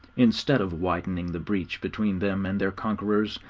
instead of widening the breach between them and their conquerors,